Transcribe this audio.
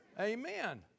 Amen